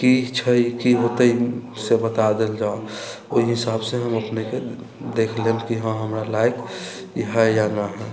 कि छै कि हौते से बता देल जाऊ ओहि हिसाबसँ हम अपनेके देख लेब कि हँ हमरा लायक ई है या न है